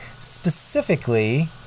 specifically